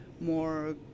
more